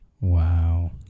wow